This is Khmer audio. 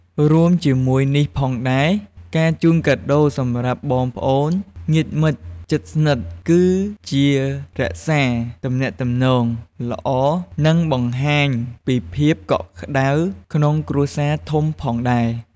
រួមជាមួយនេះផងដែរ ការជូនកាដូរសម្រាប់បងប្អូន (ញាតិមិត្តជិតស្និទ្ធ)គឺជារក្សាទំនាក់ទំនងល្អ និងបង្ហាញពីភាពកក់ក្ដៅក្នុងគ្រួសារធំផងដែរ។